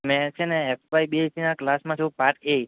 મેં છે ને એફ વાય બીએસસી ના ક્લાસમાં છું પાર્ટ એ